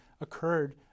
occurred